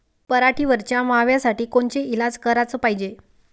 पराटीवरच्या माव्यासाठी कोनचे इलाज कराच पायजे?